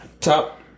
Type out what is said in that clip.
top